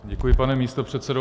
Děkuji, pane místopředsedo.